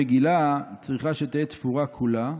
המגילה צריכה תהא תפירה כולה,